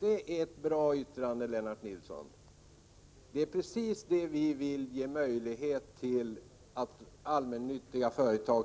Det är ett bra yttrande, Lennart Nilsson. Vi vill ge möjlighet för allmännyttiga företag